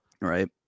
right